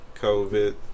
COVID